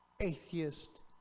atheist